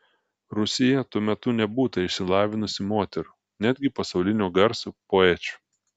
rusijoje tuo metu nebūta išsilavinusių moterų netgi pasaulinio garso poečių